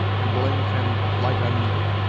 and blame can light on neither.